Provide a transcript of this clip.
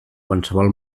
qualsevol